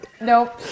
nope